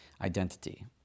identity